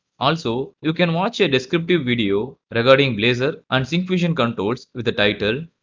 also you can watch a descriptive video regarding blazor and syncfusion controls. with the title,